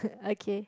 okay